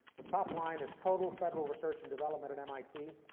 the top line is total federal research and development at mit,